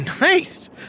Nice